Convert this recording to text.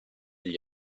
gli